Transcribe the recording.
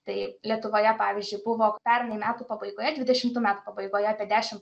tai lietuvoje pavyzdžiui buvo pernai metų pabaigoje dvidešimtų metų pabaigoje apie dešim